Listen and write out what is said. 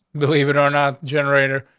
believe it or not generator.